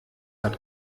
hat